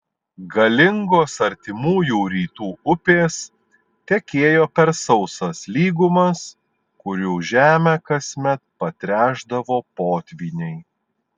galingos artimųjų rytų upės tekėjo per sausas lygumas kurių žemę kasmet patręšdavo potvyniai